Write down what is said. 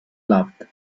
loved